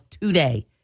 today